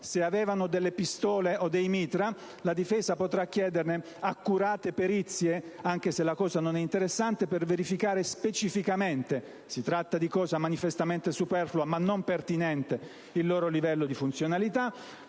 Se avevano delle pistole o dei mitra, la difesa potrà chiederne accurate perizie, anche se la cosa non è interessante, per verificare specificamente - si tratta di cosa manifestamente superflua ma non priva di pertinenza - il loro livello di funzionalità;